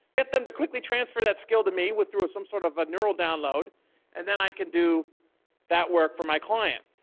get them to quickly transfer that skill to me with through some sort of a neural download and then i can do that work for my client.